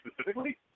specifically